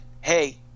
hey